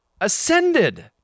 ascended